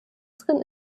drin